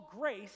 grace